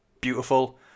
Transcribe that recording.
beautiful